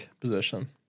position